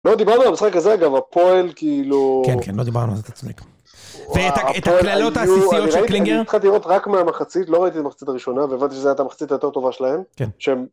‫לא דיברנו על המשחק הזה, אגב, ‫הפועל כאילו... ‫כן, כן, לא דיברנו על זה את עצמי. ‫ואת הכללות האסיסיות של קלינגר... ‫-הפועל היו, אני ראיתי אותך, ‫אני ראיתי אותך רק מהמחצית, ‫לא ראיתי את המחצית הראשונה, ‫והבאתי שזו הייתה ‫המחצית היותר טובה שלהם. ‫כן. ‫-שהם...